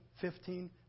fifteen